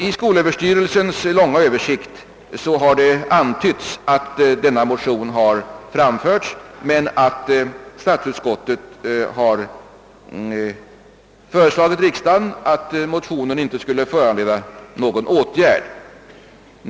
I skolöverstyrelsens långa översikt har det nämnts att ifrågavarande motion väckts men att statsutskottet föreslagit riksdagen att motionen inte skulle föranleda någon utgärd.